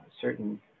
certain